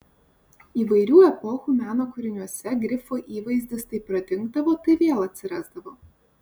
įvairių epochų meno kūriniuose grifo įvaizdis tai pradingdavo tai vėl atsirasdavo